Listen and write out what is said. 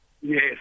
Yes